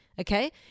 okay